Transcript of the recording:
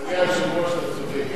אדוני היושב-ראש, אתה צודק.